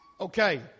Okay